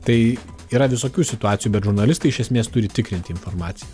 tai yra visokių situacijų bet žurnalistai iš esmės turi tikrinti informaciją